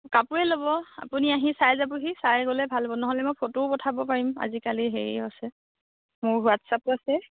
কাপোৰে ল'ব আপুনি আহি চাই যাবহি চাই গ'লে ভাল হ'ব নহ'লে মই ফটো পঠাব পাৰিম আজিকালি হেৰিয়ো আছে মোৰ হোৱাটছআপো আছে